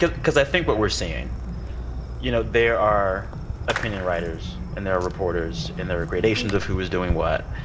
because i think what we're seeing you know, there are opinion writers, and there are reporters. and there are gradations of who is doing what.